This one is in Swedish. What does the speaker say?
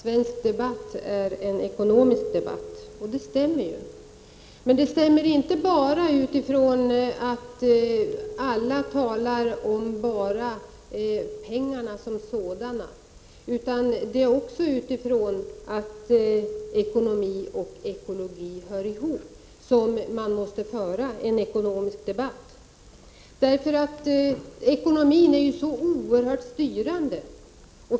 Herr talman! Carl Frick sade att svensk debatt är en ekonomisk debatt. Det stämmer ju, men inte bara utifrån att alla enbart talar om pengarna som sådana. Det är också utifrån att ekonomi och ekologi hör ihop som man måste föra en ekonomisk debatt. Ekonomin är ju så oerhört styrande.